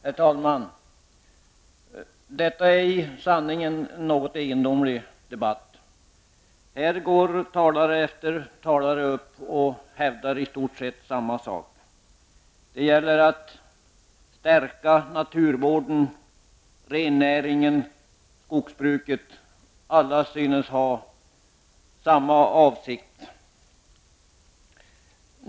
Herr talman! Detta är i sanning en något egendomlig debatt. Talare efter talare hävdar i stort sett samma sak. Det gäller alltså att stärka naturvården, rennäringen och skogsbruket. Alla synes ha samma avsikt.